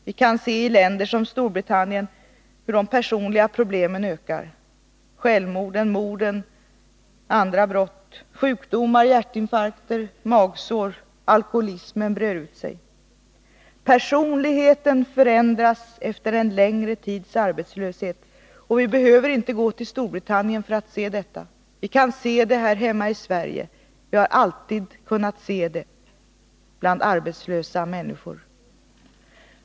Vi kan i länder som Storbritannien se hur de personliga problemen ökar, liksom självmorden, morden och andra brott, hur sjukdomar som hjärtinfarkter och magsår ökar och hur alkoholismen breder ut sig. Personligheten förändras efter en längre tids arbetslöshet. Och vi behöver inte gå till Storbritannien för att se detta. Vi kan se det här hemma i Sverige. Vi har alltid kunnat se det bland arbetslösa människor.